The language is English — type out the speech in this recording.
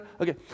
Okay